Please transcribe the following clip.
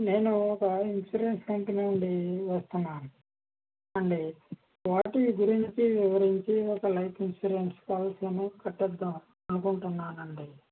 నేను ఒక insurance company నుండి వస్తున్నాను అండి పాలసీ గురించి వివరించి లైఫ్ ఇన్సూరెన్స్ పోలసీ అయినా కట్టిద్దాము అనుకుంటున్నాను అండి